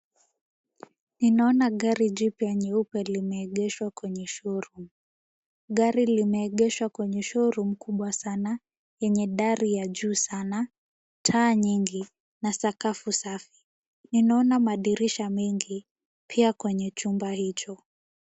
Ninaona gari jipa nyeupe limeegeshwa kwenye showroom . Gari limeegeshwa kwenye showroom kubwa sana yenye dari ya juu sana, taa nyingi na sakafu safi. Ninaona madirisha mengi pia kwenye chumba hicho.